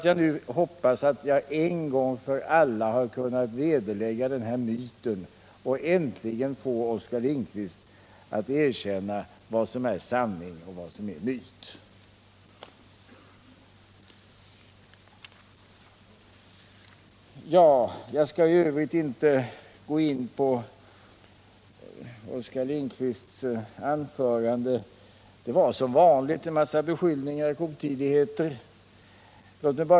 Jag hoppas att jag nu en gång för alla har kunnat vederlägga den här myten och äntligen kan få Oskar Lindkvist att erkänna vad som är sanning och vad som är myt. I övrigt skall jag inte gå in på Oskar Lindkvists anförande. Det innehöll som vanligt en massa beskyllningar och otidigheter.